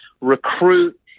recruit